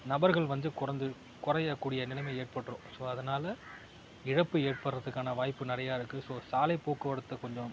நபர்கள் வந்து குறைஞ்சி குறையக் கூடிய நிலைமை ஏற்பட்டுரும் ஸோ அதனால் இழப்பு ஏற்பட்டுறதுக்கான வாய்ப்பு நிறையா இருக்குது ஸோ சாலை போக்குவரத்தை கொஞ்சம்